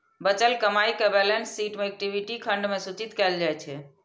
बचल कमाइ कें बैलेंस शीट मे इक्विटी खंड मे सूचित कैल जाइ छै